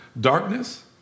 darkness